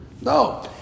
No